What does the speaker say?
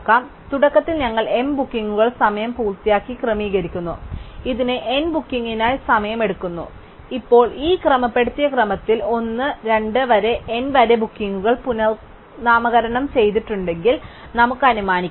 അതിനാൽ തുടക്കത്തിൽ ഞങ്ങൾ m ബുക്കിംഗുകൾ സമയം പൂർത്തിയാക്കി ക്രമീകരിക്കുന്നു ഇതിന് n ബുക്കിംഗിനായി സമയം എടുക്കുന്നു ഇപ്പോൾ ഈ ക്രമപ്പെടുത്തിയ ക്രമത്തിൽ 1 2 വരെ n വരെ ബുക്കിംഗുകൾ പുനർനാമകരണം ചെയ്തിട്ടുണ്ടെന്ന് നമുക്ക് അനുമാനിക്കാം